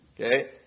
Okay